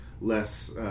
less